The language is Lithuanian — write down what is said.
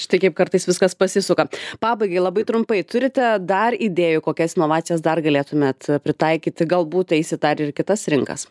štai kaip kartais viskas pasisuka pabaigai labai trumpai turite dar idėjų kokias inovacijas dar galėtumėt pritaikyti galbūt eisit dar ir į kitas rinkas